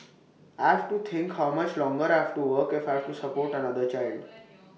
I have to think how much longer I have to work if I have to support than another child